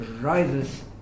rises